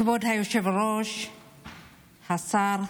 כבוד היושב-ראש, השר,